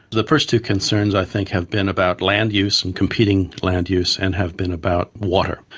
the first two concerns i think have been about land use and competing land use and have been about water,